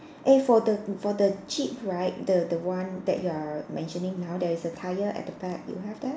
eh for the for the jeep right the the one that you are mentioning now there is a tyre at the back you have that